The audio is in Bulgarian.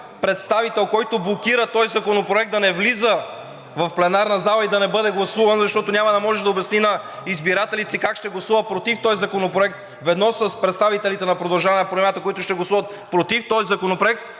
който блокира този законопроект да не влиза в пленарната зала и да не бъде гласуван, защото няма да може да обясни на избирателите си как ще гласува против този законопроект в едно с представителите на „Продължаваме Промяната“, които ще гласуват против този законопроект,